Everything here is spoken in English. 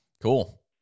Cool